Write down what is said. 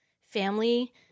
family